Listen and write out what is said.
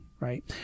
Right